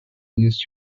lose